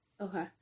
okay